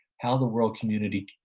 how the world community,